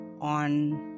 on